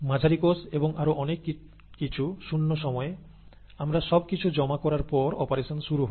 মাঝারি কোষ এবং আরও অনেক কিছু শূন্য সময়ে আমরা সব কিছু জমা করার পর অপারেশন শুরু হয়